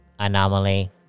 Anomaly